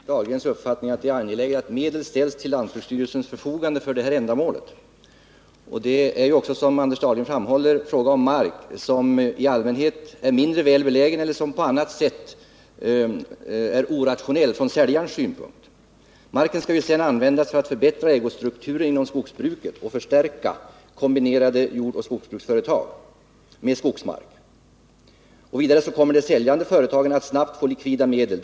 Herr talman! Jag delar Anders Dahlgrens uppfattning att det är angeläget att medel ställs till lantbruksstyrelsens förfogande för detta ändamål. Det är också, som Anders Dahlgren framhåller, fråga om mark som i allmänhet är mindre väl belägen eller på annat sätt är orationell från säljarens synpunkt. Marken skall sedan användas för att förbättra ägostrukturen inom skogsbruket och för att förstärka kombinerade jordbruksoch skogsbruksföretag med skogsmark. Vidare kommer de säljande företagen att snabbt få likvida medel.